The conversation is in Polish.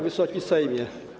Wysoki Sejmie!